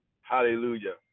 Hallelujah